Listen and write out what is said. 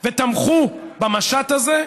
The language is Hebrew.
ותמכו במשט הזה.